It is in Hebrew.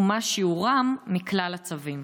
ומה שיעורם מכלל הצווים?